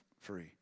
free